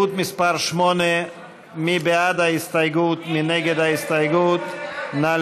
חברי הכנסת, בעד ההסתייגות, 52, נגד,